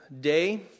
day